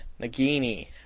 Nagini